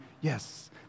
yes